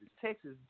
Texas